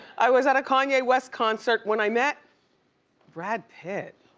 i was at a kanye west concert when i met brad pitt.